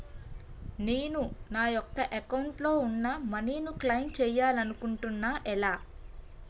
నేను నా యెక్క అకౌంట్ లో ఉన్న మనీ ను క్లైమ్ చేయాలనుకుంటున్నా ఎలా?